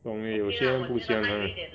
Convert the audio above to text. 不懂 eh 有些人不喜欢她 eh